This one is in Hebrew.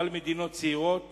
אבל מדינות צעירות